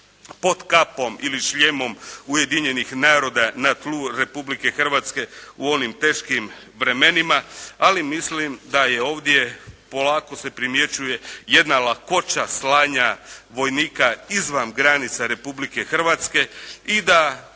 pod kapom, ili šljemom Ujedinjenih naroda na tlu Republike Hrvatske u onim teškim vremenima, ali mislim da je ovdje, polako se primjećuje jedna lakoća slanja vojnika izvan granica Republike Hrvatske. I da,